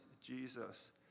Jesus